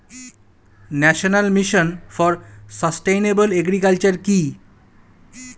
National mission for sustainable agriculture কি?